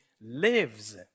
lives